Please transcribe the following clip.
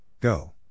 Go